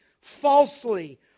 Falsely